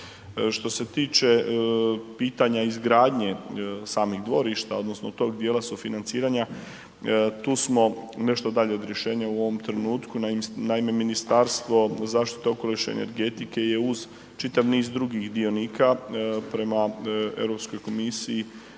Što se tiče pitanja izgradnje samih dvorišta odnosno tog dijela sufinanciranja tu smo nešto dalje od rješenja u ovom trenutku. Naime, Ministarstvo zaštite okoliša i energetike je uz čitav niz drugih dionika prema Europskoj komisiji